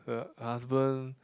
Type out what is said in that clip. her husband